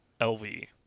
lv